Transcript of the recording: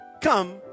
come